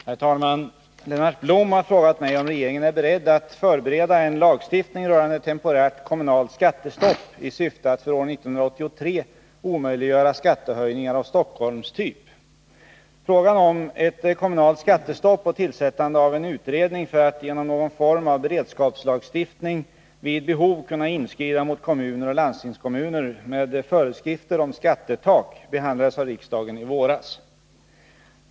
Herr talman! Lennart Blom har frågat mig om regeringen är beredd att förbereda en lagstiftning rörande temporärt kommunalt skattestopp i syfte att för år 1983 omöjliggöra skattehöjningar av Stockholmstyp. Frågan om ett kommunalt skattestopp och tillsättande av en utredning för att genom någon form av beredskapslagstiftning vid behov kunna inskrida mot kommuner och landstingskommuner med föreskrifter om skattetak behandlades av riksdagen i våras.